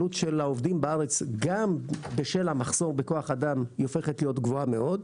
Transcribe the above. עלות של העובדים בארץ גם בשל המחסור בכח אדם הופכת להיות גבוהה מאוד,